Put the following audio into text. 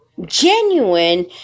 genuine